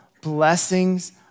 blessings